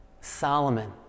Solomon